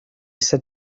said